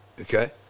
okay